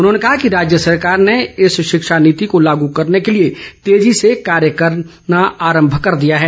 उन्होंने कहा कि राज्य सरकार ने इस शिक्षा नीति को लागू करने के लिए तेजी से कार्य आरंभ कर दिया है